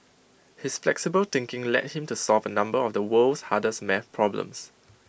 his flexible thinking led him to solve A number of the world's hardest math problems